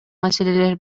маселелер